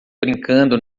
brincando